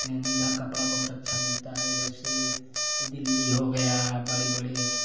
लेनिधा कपड़ा बहुत अच्छा मिलता हैं जबसे दिल्ली हो गया बड़े बड़े